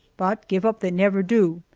but give up they never do,